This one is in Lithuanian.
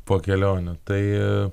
po kelionę tai